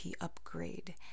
upgrade